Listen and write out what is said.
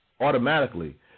automatically